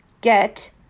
get